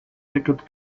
tickets